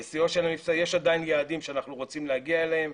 יש עדיין יעדים שאנחנו רוצים להגיע אליהם,